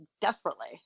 desperately